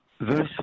verse